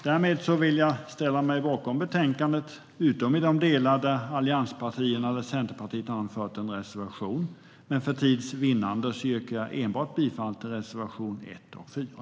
Därmed vill jag ställa mig bakom förslaget i betänkandet utom i de delar där allianspartierna eller Centerpartiet har avgett reservation, men för tids vinnande yrkar jag bifall enbart till reservation 1 och 4.